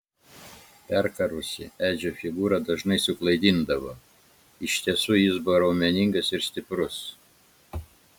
perkarusi edžio figūra dažnai suklaidindavo iš tiesų jis buvo raumeningas ir stiprus